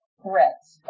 threats